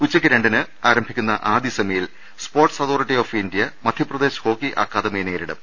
ഉച്ചയ്ക്ക് രണ്ടുമണിക്ക് ആരംഭിക്കുന്ന ആദ്യ സെമിയിൽ sports authority of India Madhya Pradesh hockey അക്കാദമിയെ നേരിടും